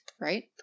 right